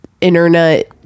internet